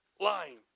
Lying